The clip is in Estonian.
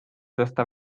tõsta